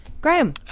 Graham